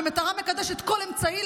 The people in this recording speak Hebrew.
והמטרה מקדשת כל אמצעי,